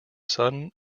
son